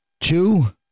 Two